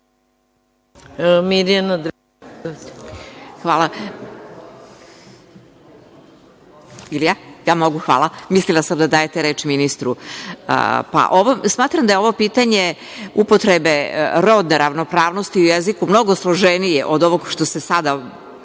Mirjana Dragaš. **Mirjana Dragaš** Hvala. Mislila sam da dajete reč ministru. Smatram da je ovo pitanje upotrebe rodne ravnopravnosti u jeziku mnogo složenije od ovoga što se sada